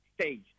stage